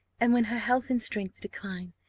and when her health and strength decline,